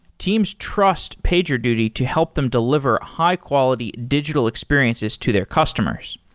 teams trust pagerduty to help them deliver high-quality digital experiences to their customers.